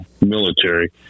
military